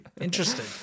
interesting